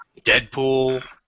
Deadpool